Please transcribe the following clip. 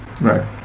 right